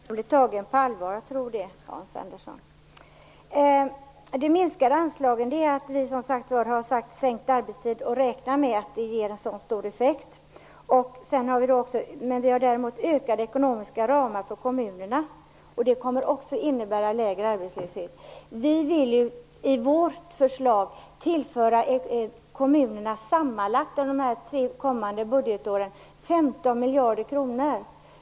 Fru talman! Jag tror att jag blir tagen på allvar, De minskade anslagen beror som sagt var på att vi vill sänka arbetstiden och räknar med att det ger en sådan stor effekt. Vi har också ökade ekonomiska ramar för kommunerna. Det kommer också att innebära lägre arbetslöshet. Vi vill i vårt förslag sammanlagt under de tre kommande budgetåren tillföra kommunerna 15 miljarder kronor.